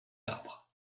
arbres